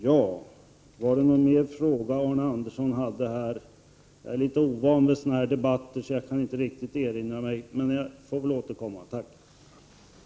Jag är litet ovan vid sådana här debatter och kan inte just nu erinra mig om Arne Andersson hade någon mer fråga. Men jag får väl återkomma i så fall.